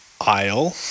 aisle